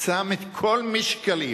שם את כל משקלי,